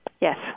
Yes